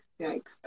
yikes